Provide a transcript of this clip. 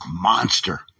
monster